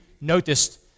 noticed